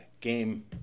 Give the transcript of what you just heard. game